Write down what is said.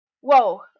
whoa